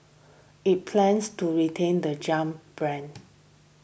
it plans to retain the jump brand